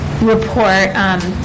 report